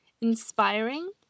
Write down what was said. inspiring